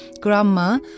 grandma